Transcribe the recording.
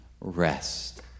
rest